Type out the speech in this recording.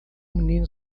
menino